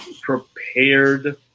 prepared